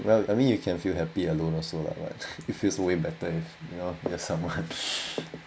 well I mean you can feel happy alone also lah but if it feels way better if you know just someone